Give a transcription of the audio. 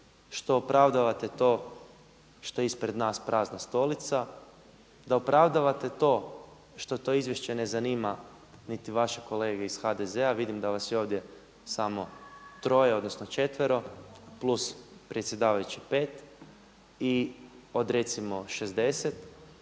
što opravdavate to što je ispred nas prazna stolica, da opravdavate što to izvješće ne zanima niti vaše kolege iz HDZ-a. Vidim da vas je ovdje samo troje, odnosno četvero plus predsjedavajući pet od recimo 60.